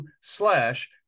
slash